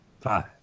five